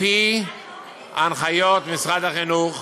על-פי הנחיות משרד החינוך,